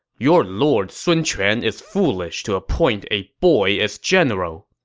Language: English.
your lord sun quan is foolish to appoint a boy as general,